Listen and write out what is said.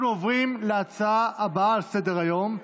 אנחנו עוברים להצעות הבאות לסדר-היום,